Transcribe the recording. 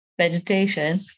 vegetation